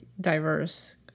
diverse